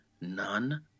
none